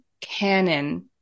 canon